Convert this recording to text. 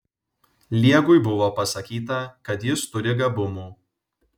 liegui buvo pasakyta kad jis turi gabumų